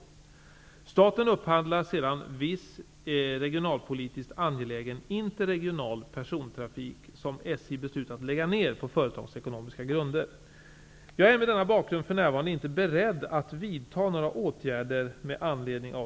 Staten upphandlar sedan viss regionpolitiskt angelägen interregional persontrafik som SJ beslutat lägga ner på företagsekonomiska grunder. Jag är mot denna bakgrund för närvarande inte beredd att vidta några åtgärder med anledning av